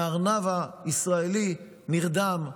והארנב הישראלי נרדם בשמירה.